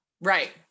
right